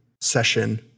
session